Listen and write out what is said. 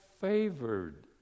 favored